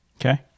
Okay